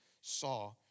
saw